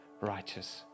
righteous